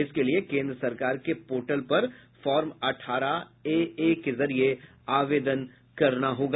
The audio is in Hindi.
इसके लिए केन्द्र सरकार के पोर्टल पर फार्म अठारह एए के जरिये आवेदन करने होगा